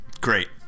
Great